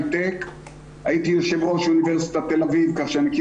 הייטק וחרדים לצערי עד היום זה לא שני דברים שהלכו יחד.